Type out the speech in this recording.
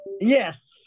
Yes